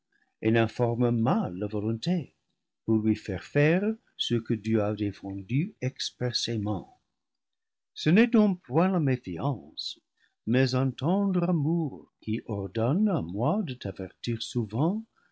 et n'informe mal la volonté pour lui faire faire ce que dieu a défendu expressément ce n'est donc point la méfiance mais un tendre amour qui ordonne à moi de t'avertir souvent